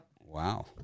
Wow